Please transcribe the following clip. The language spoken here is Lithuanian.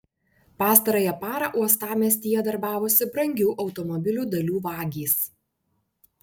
pastarąją parą uostamiestyje darbavosi brangių automobilių dalių vagys